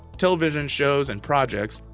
television shows, and projects,